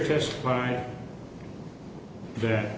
testify that